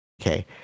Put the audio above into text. Okay